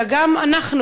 אלא גם אנחנו,